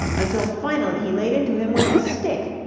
until finally he laid into him with a stick.